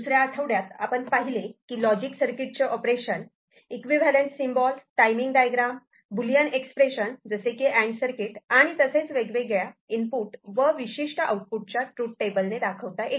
दुसऱ्या आठवड्यात आपण पाहिले की लॉजिक सर्किट चे operation equivalent symbol timing diagram Boolean expression जसे की अँड सर्किट आणि तसेच वेगवेगळ्या इनपुट व विशिष्ट आउटपुट च्या ट्रूथ टेबल ने दाखवता येते